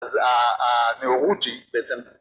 אז הנאורות היא בעצם